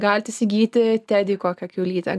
galit įsigyti tedį kokią kiaulytę